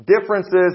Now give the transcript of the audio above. differences